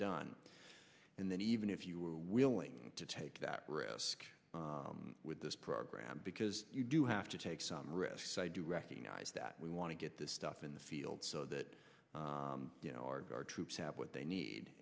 done and then even if you were willing to take that risk with this program because you do have to take some risks i do recognise that we want to get this stuff in the field so that our troops have what they need